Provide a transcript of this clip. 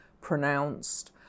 pronounced